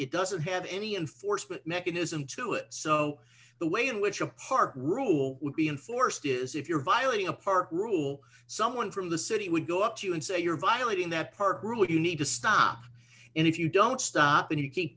it doesn't have any enforcement mechanism to it so the way in which your heart rule would be enforced is if you're violating a park rule someone from the city would go up to you and say you're violating that park rule you need to stop and if you don't stop and you keep